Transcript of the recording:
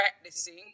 practicing